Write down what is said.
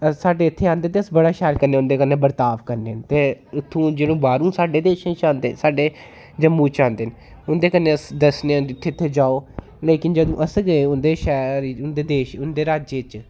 साढ़े इत्थे आंदे न ते अस बड़ा शैल कन्नै उंदे कन्नै बरताब करने आं ते उत्थूं जेह्ड़े बाह्रूं साढ़े देस च आंदे साड्डे जम्मू च आंदे न उं'दे कन्नै अस दस्सने आं इत्थै इत्थै जाओ लेकिन जदूं अस गै उंदे शैह्र उं'दे देश उं'दे राज्य च